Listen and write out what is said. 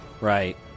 Right